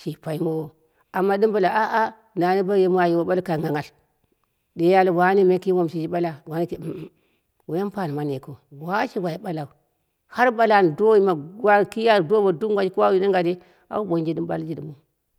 shi pai mowo amma ɗɨm bo ɓale aa nani muu ba yiwo ɓala kai nghanghal ɗe bo ɓale wane me wom shiji ɓala woi ampani mani yikɨu washi wai ɓalau har ɓala an do yima gwang ki au do bo dunghaji ko auye ɗɨnga dei au ɓonji ɓalji ɗɨmɨu.